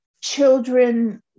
children